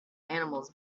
animals